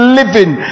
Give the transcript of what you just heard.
living